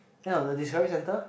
eh no the discovery center